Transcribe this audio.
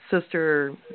sister